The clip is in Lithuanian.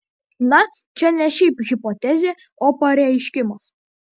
na čia ne šiaip hipotezė o pareiškimas